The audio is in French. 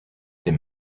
tes